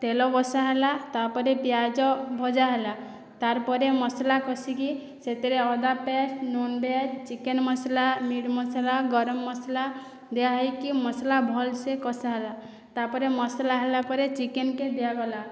ତେଲ ବସା ହେଲା ତାପରେ ପିଆଜ ଭଜା ହେଲା ତାର ପରେ ମସଲା କଷିକି ସେଥିରେ ଅଦା ପେଷ୍ଟ ନୁନ ଭେଜ ଚିକେନ ମସଲା ମିଟ ମସଲା ଗରମ ମସଲା ଦିଆ ହୋଇକି ମସଲା ଭଲସେ କଷା ହେଲା ତାପରେ ମସଲା ହେଲା ପରେ ଚିକେନକେ ଦିଆ ଗଲା